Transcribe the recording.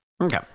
okay